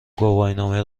گواهینامه